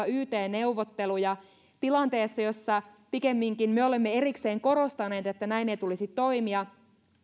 yt neuvotteluja tilanteessa jossa pikemminkin me olemme erikseen korostaneet että näin ei tulisi toimia